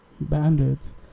bandits